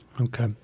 Okay